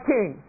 King